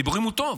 בדיבורים הוא טוב,